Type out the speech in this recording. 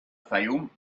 fayoum